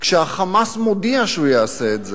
כשה"חמאס" מודיע שהוא יעשה את זה.